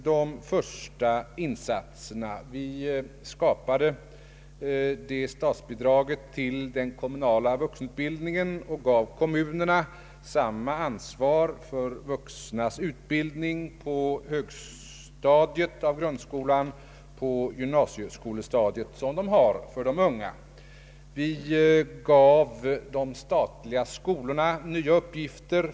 De första insatserna innebar att vi skapade statsbidraget till den kommunala vuxenutbildningen och gav kommunerna samma ansvar för de vuxnas utbildning på högstadiet av grundskolan och på gymnasiestadiet som de har för de unga. Vi gav de statliga skolorna nya uppgifter.